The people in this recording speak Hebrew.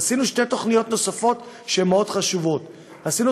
עשינו שתי תוכניות נוספות שהן מאוד חשובות: עשינו